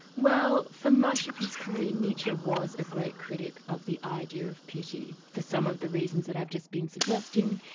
well for much of his career, nietzsche was a great critic of the idea of pity, for some of the reasons that i've just been suggesting.